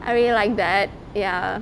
I really like that ya